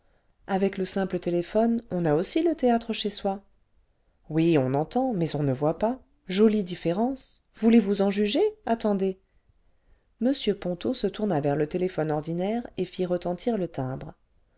avec le simple téléphone on a aussi le théâtre chez soi oui on entend mais on ne voit pas jobe différence voulez-vous en juger attendez m ponto se tourna vers le téléphone ordinaire et fit retentir le timbre